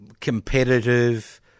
competitive